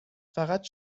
فقط